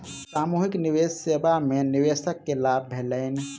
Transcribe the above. सामूहिक निवेश सेवा में निवेशक के लाभ भेलैन